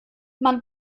man